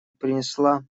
принесла